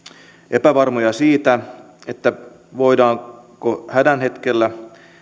epävarmoja siitä voidaanko hädän hetkellä